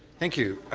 thank you.